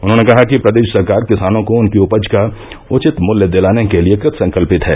उन्होंने कहा कि प्रदेश सरकार किसानों को उनकी उपज का उचित मूल्य दिलाने के लिए कृतसंकल्यित है